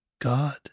God